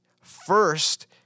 First